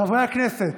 חברי הכנסת,